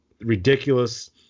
Ridiculous